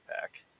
pack